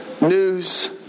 news